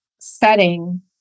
setting